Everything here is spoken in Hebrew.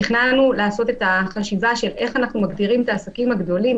תכננו לעשות את החשיבה איך אנחנו מגדירים את העסקים הגדולים,